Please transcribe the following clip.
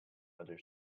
other